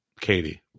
Katie